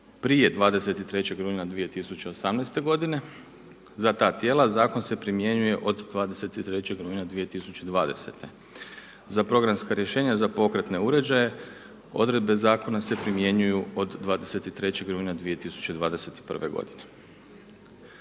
prije 23. rujna 2018. g. Za ta tijela zakon se primjenjuje od 23. rujna 2020. Za programska rješenja za pokretne uređaje, odredbe zakon se primjenjuju od 23. rujna 2021. godine.